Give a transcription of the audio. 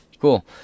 Cool